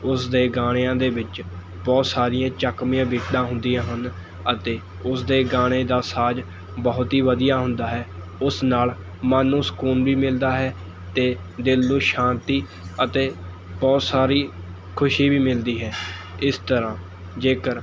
ਉਸ ਦੇ ਗਾਣਿਆ ਦੇ ਵਿੱਚ ਬਹੁਤ ਸਾਰੀਆਂ ਚੱਕਵੀਆਂ ਬੀਟਾਂ ਹੁੰਦੀਆਂ ਹਨ ਅਤੇ ਉਸ ਦੇ ਗਾਣੇ ਦਾ ਸਾਜ਼ ਬਹੁਤ ਹੀ ਵਧੀਆ ਹੁੰਦਾ ਹੈ ਉਸ ਨਾਲ਼ ਮਨ ਨੂੰ ਸਕੂਨ ਵੀ ਮਿਲਦਾ ਹੈ ਅਤੇ ਦਿਲ ਨੂੰ ਸ਼ਾਂਤੀ ਅਤੇ ਬਹੁਤ ਸਾਰੀ ਖੁਸ਼ੀ ਵੀ ਮਿਲਦੀ ਹੈ ਇਸ ਤਰ੍ਹਾਂ ਜੇਕਰ